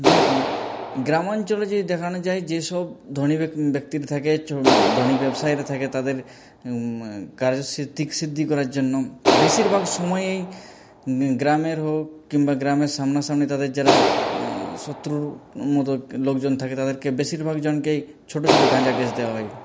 যেরকম গ্রামাঞ্চলে যদি দেখানো যায় যেসব ধনী ব্যক্তি ব্যক্তিরা থাকে ধনী ব্যবসায়ীরা থাকে তাদের কার্যসিদ্ধি সিদ্ধি করার জন্য বেশিরভাগ সময়েই গ্রামের হোক কিংবা গ্রামের সামনাসামনি তাদের যারা শত্রুর মতো লোকজন থাকে তাদেরকে বেশিরভাগ জনকেই ছোটো ছোটো গাঁজা কেস দেওয়া হয়